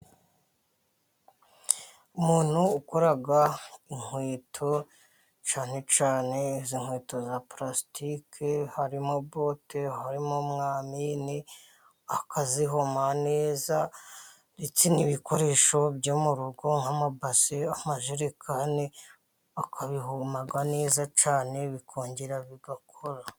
Umuntu ukora inkweto, cyane cyane izi nkweto za pulastike harimo bote, harimo mwamini akazihoma neza, ndetse n'ibikoresho byo mu rugo nk'amabase, amajerekani, akabihoma neza cyane, bikongera bigakora.